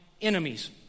enemies